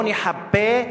לא נחפה,